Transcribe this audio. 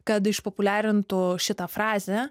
kad išpopuliarintų šitą frazę